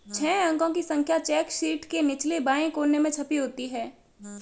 छह अंकों की संख्या चेक शीट के निचले बाएं कोने में छपी होती है